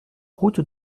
route